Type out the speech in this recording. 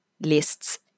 lists